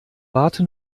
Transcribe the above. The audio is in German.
warte